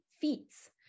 feats